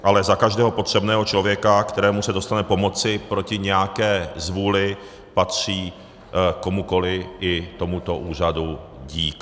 Ale za každého potřebného člověka, kterému se dostane pomoci proti nějaké zvůli, patří komukoli, i tomuto úřadu, dík.